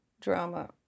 drama